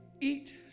eat